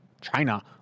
China